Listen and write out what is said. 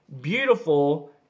beautiful